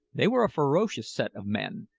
they were a ferocious set of men,